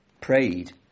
prayed